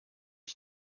ich